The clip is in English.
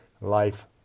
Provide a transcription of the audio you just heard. life